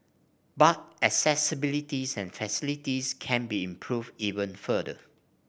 but accessibility and facilities can be improved even further